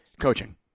coaching